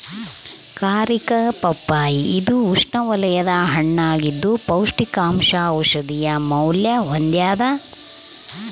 ಕಾರಿಕಾ ಪಪ್ಪಾಯಿ ಇದು ಉಷ್ಣವಲಯದ ಹಣ್ಣಾಗಿದ್ದು ಪೌಷ್ಟಿಕಾಂಶ ಔಷಧೀಯ ಮೌಲ್ಯ ಹೊಂದ್ಯಾದ